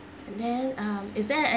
then um is there